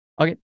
Okay